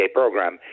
program